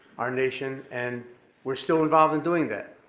our nation, and we're still involved in doing that,